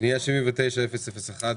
פנייה 79001